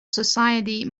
society